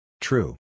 True